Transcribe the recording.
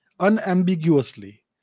unambiguously